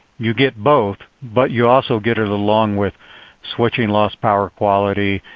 you get both, but you also get it along with switching loss power quality,